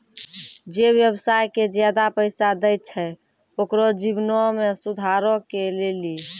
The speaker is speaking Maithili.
जे व्यवसाय के ज्यादा पैसा दै छै ओकरो जीवनो मे सुधारो के लेली